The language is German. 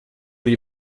die